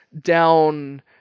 down